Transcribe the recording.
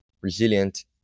resilient